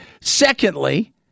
Secondly